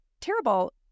terrible